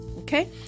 okay